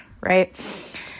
Right